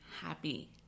happy